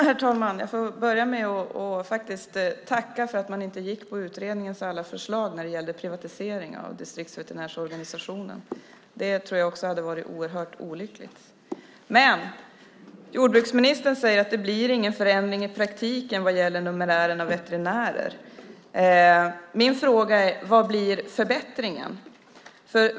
Herr talman! Jag får börja med att tacka för att man inte följde utredningens alla förslag vad gällde privatisering av distriktsveterinärsorganisationen. Det tror jag hade varit oerhört olyckligt. Jordbruksministern säger att det inte blir någon förändring i praktiken vad gäller numerären på veterinärer. Min fråga är: Vad blir förbättringen?